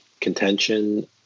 contention